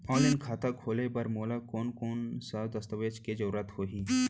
Online खाता खोले बर मोला कोन कोन स दस्तावेज के जरूरत होही?